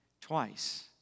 Twice